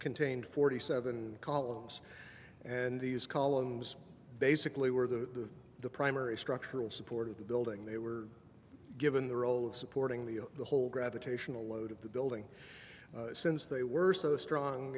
contained forty seven columns and these columns basically were the primary structural support of the building they were given the role of supporting the the whole gravitational load of the building since they were so strong